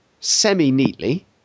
semi-neatly